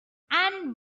and